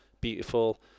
beautiful